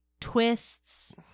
twists